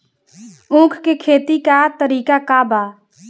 उख के खेती का तरीका का बा?